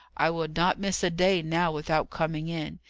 i will not miss a day now, without coming in.